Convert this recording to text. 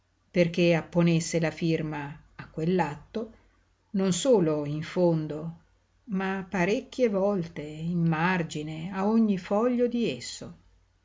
perché apponesse la firma a quell'atto non solo in fondo ma parecchie volte in margine a ogni foglio di esso